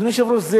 אדוני היושב-ראש,